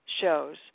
shows